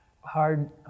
Hard